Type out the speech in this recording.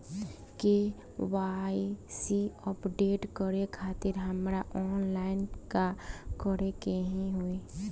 KYC update करे खातिर हमरा ऑनलाइन का करे के होई?